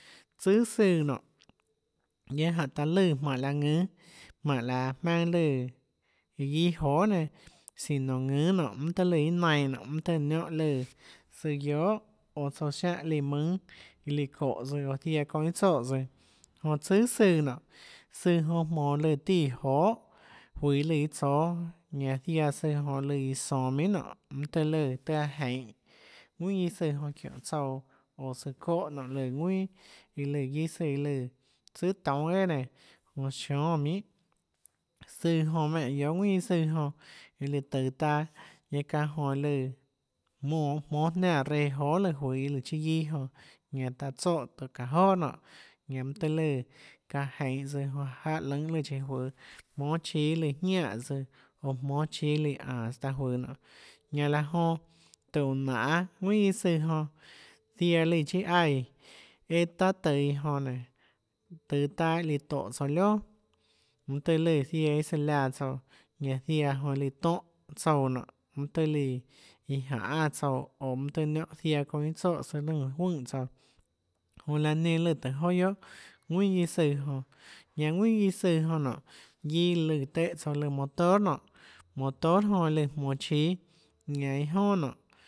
Tsùà søã nonê guiaâ jánhã taã lùã jmánhå laã ðùnâ jmánhå laã jmaønâ lùã iã guiâ johà nenã sino ðùnâ nonê mønâ tøhê lùã iâ nainã nonê mønâ tøhê niónhã lùã søã guiohà oå tsouã siáhã líã mùnâ iã lùã çóhã tsøã oã ziaã çounã iâ tsoè tsøã jonã tsùà søã nonê søã jonã jmonå lùã tíã johà juøå iâ lùã iâ tsóâ ñanã ziaã søã jonã lùã iã sonå minhà nonê mønâ tøhê lùã aã jeinhå ðuinà guiâ søã jonã çiónhå tsouã oå søã çónhã nonê lùã ðuinà iã lùã guiâ søã løã tsùà toúnâ eà nenã jonã siónâ minhà søã jonã menè guiohà ðuinà guiâ søã joã iã lùã tøå taâ guiaâ çánhã jonã lùã jmonå jmónâ jiánã reã johà juøå iâ lùã chiâ guiâ jonã ñanã çaã tsoè tùhå çaã joà nonê ñanã mønâ tøhê lùã çaã jeinhå tsøã jáhã lønhâ lùã chíå juøå jmónâ chíâ lùã jianès tsøã oå jmónâ chíâ lùã ánås taã juøå nonê ñanã laã jonã tùhå uã nanê ðuinà guiâ søã jonã ziaã lùã chiâ aíã einã taâ tøå iã jonã nénå tøå taã iã lùã tóhå tsouã lioà mønâ tøhê ziaã iâ lùã søã liaã tsouã ziaã jonã líã tonhâ tsouã mønâ tøhê líã íã janê tsouã oå mønâ tøhê ziaã çounã iâ niónhã tsoè tsouã iâ lùã juøè tsouã jonã laã nenã lùã tùhå joà guiohà ðuinà guiâ søã jonã ñanã ðuinã guiâ søã jonã nonê guiâ lùã téhå tsouã lùã motor nonê motor jonã lùã jmonå chíâ ñanã iâ jonà nonê